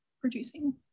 producing